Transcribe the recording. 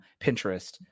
Pinterest